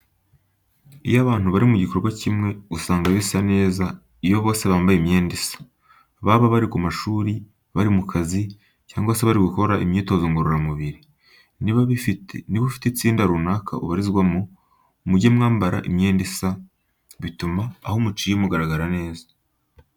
Iyo abantu bari mu gikorwa kimwe usanga bisa neza iyo bose bambaye imyenda isa, baba bari ku mashuri, bari mu kazi, cyangwa se bari gukora imyitozo ngororamubiri. Niba ufite itsinda runaka ubarizwamo, mujye mwambara imyenda isa, bituma aho muciye mugaragara neza.